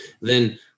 then-